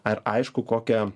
ar aišku kokią